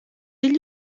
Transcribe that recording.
gli